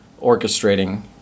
orchestrating